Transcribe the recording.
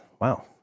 Wow